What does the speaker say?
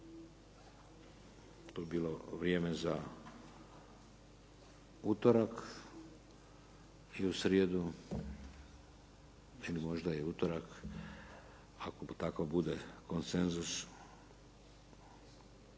To bi bilo vrijeme za utorak. I u srijedu ili možda i u utorak ako takav bude konsenzus